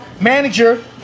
manager